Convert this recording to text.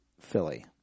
Philly